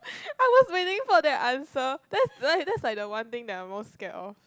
I was waiting for that answer that's that's like the one thing I'm most scared of